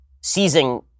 seizing